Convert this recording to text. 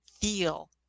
feel